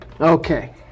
okay